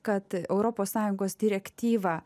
kad europos sąjungos direktyva